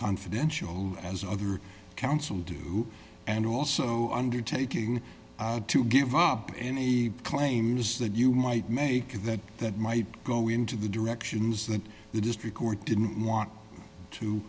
confidential as other counsel do and also undertaking to give up any claims that you might make that that might go into the directions that the district court didn't want to